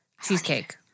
cheesecake